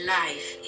life